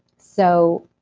so